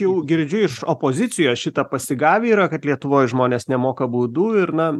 jau girdžiu iš opozicijos šitą pasigavę yra kad lietuvoj žmonės nemoka baudų ir na